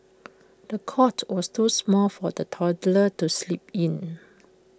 the cot was too small for the toddler to sleep in